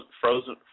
frozen